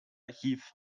archiv